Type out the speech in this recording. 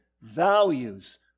values